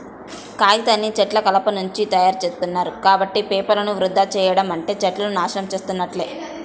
కాగితాన్ని చెట్ల కలపనుంచి తయ్యారుజేత్తారు, కాబట్టి పేపర్లను వృధా చెయ్యడం అంటే చెట్లను నాశనం చేసున్నట్లే